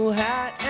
hat